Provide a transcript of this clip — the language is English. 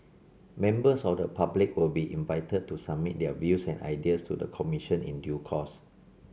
members of the public will be invited to submit their views and ideas to the commission in due course